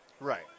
Right